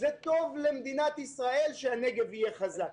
זה טוב למדינת ישראל שהנגב יהיה חזק.